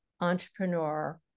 entrepreneur